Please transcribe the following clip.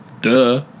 Duh